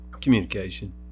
Communication